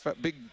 big